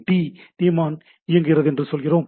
D daemon இயங்குகிறது என்று சொல்கிறோம்